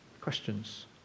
questions